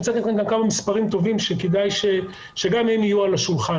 אני רוצה לתת לכם גם כמה מספרים טובים שכדאי שגם הם יהיו על השולחן.